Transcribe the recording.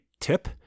tip